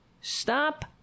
stop